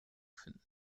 finden